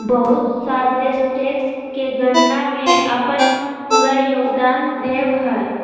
बहुत सा देश टैक्स के गणना में अपन पूरा योगदान देब हइ